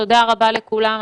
תודה רבה לכולם.